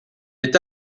est